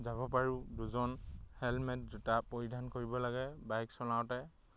যাব পাৰোঁ দুজন হেলমেট জোতা পৰিধান কৰিব লাগে বাইক চলাওঁতে